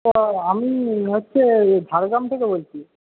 আমি হচ্ছে ঝাড়গ্রাম থেকে বলছি